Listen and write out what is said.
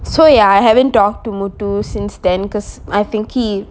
so ya I haven't talked to muthu since then because I think he